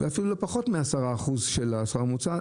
ואפילו לא פחות מ-10% של השכר הממוצע,